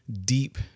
deep